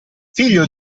figlio